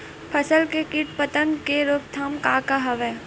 फसल के कीट पतंग के रोकथाम का का हवय?